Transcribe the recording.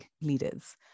leaders